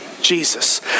Jesus